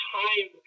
time